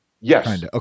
Yes